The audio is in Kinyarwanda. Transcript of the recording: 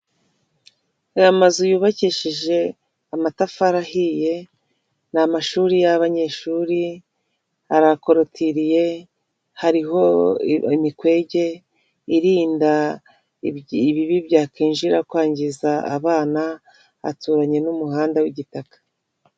Aya mazu yubakishije amatafari ahiye, ni amashuri y'abanyeshuri, arakotiriye, hariho imikwege irinda ibibi byakwinjira kwangiza abana, aturanye n'umuhanda w'igitaka.